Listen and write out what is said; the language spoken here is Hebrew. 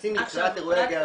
כנסים לקראת אירועי הגאווה.